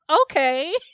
okay